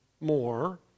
more